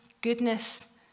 goodness